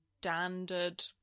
standard